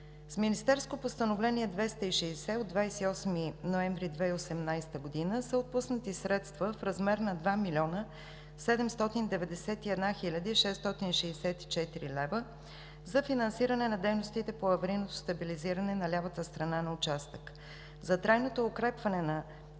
С Министерско постановление № 260 от 28 ноември 2018 г. са отпуснати средства в размер на 2 млн. 791 хил. 664 лв. за финансиране на дейностите по аварийното стабилизиране на лявата страна на участъка. За трайното укрепване на